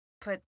put